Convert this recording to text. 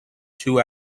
two